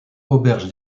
auberge